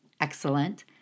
excellent